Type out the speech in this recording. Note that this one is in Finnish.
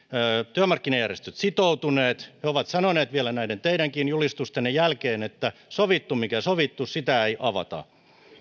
työmarkkinajärjestöt sitoutuneet he ovat sanoneet vielä näiden teidänkin julistustunne jälkeen että sovittu mikä sovittu sitä ei avata